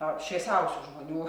na šviasiausių žmonių